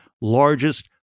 largest